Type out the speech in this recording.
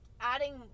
adding